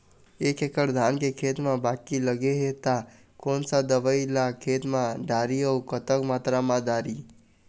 एक एकड़ धान के खेत मा बाकी लगे हे ता कोन सा दवई ला खेत मा डारी अऊ कतक मात्रा मा दारी?